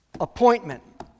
appointment